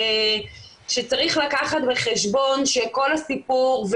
שצריך לקחת בחשבון שכל הסיפור,